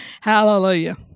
hallelujah